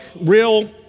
real